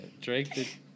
Drake